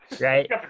right